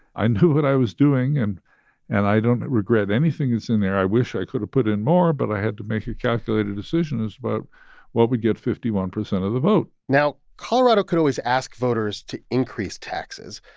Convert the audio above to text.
i knew what i was doing. and and i don't regret anything that's in there. i wish i could've put in more, but i had to make a calculated decision as to but what would get fifty one percent of the vote now, colorado could always ask voters to increase taxes,